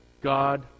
God